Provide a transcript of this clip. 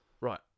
right